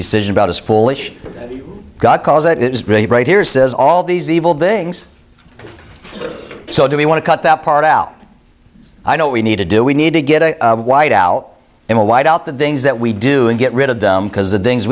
decision about his foolish got cause that is right here says all these evil things so do we want to cut that part out i know we need to do we need to get a white out and white out that things that we do and get rid of them because the things